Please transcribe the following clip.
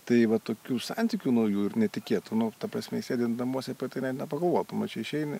tai va tokių santykių naujų ir netikėtų nu ta prasme sėdint namuose apie tai net nepagalvoji čia išeini